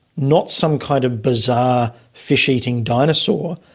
not some kind of bizarre fish-eating dinosaur,